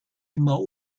immer